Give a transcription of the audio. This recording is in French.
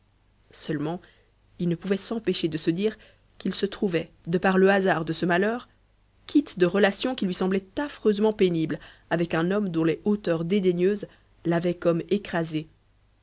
seulement il ne pouvait s'empêcher de se dire qu'il se trouvait de par le hasard de ce malheur quitte de relations qui lui semblaient affreusement pénibles avec un homme dont les hauteurs dédaigneuses l'avaient comme écrasé